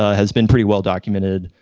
ah has been pretty well documented,